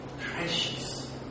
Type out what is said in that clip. precious